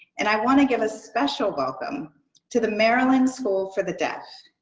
and i want to give a special welcome to the maryland school for the deaf.